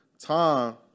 time